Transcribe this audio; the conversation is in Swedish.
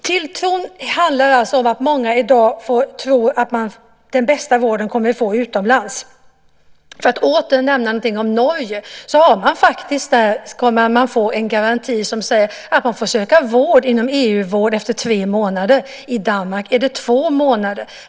Tilltro handlar om att många i dag tror att de får den bästa vården utomlands. Jag nämner åter Norge. Man har faktiskt där en garanti som säger att man får söka vård inom EU efter tre månader. I Danmark är det två månader.